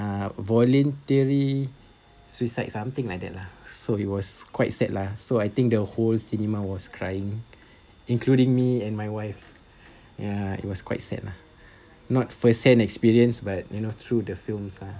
a voluntary suicide something like that lah so it was quite sad lah so I think the whole cinema was crying including me and my wife ya it was quite sad lah not first hand experience but you know through the film's lah